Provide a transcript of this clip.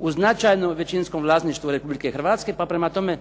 u značajnom većinskom vlasništvu Republike Hrvatske pa prema tome